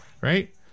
right